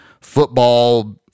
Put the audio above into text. football